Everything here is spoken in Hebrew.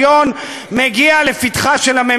כך הם יוכלו להתגולל שוב על